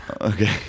Okay